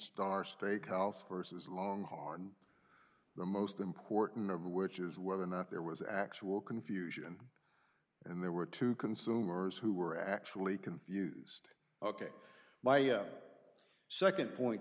star state house versus long hard and the most important of which is whether or not there was actual confusion and there were two consumers who were actually confused ok my second point